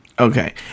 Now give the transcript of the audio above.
Okay